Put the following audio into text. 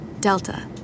Delta